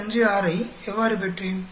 56 ஐ எவ்வாறு பெற்றேன்